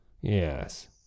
Yes